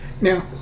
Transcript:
Now